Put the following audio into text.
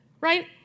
Right